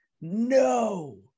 No